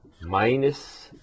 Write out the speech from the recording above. minus